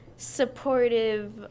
supportive